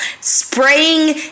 Spraying